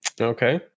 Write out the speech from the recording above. Okay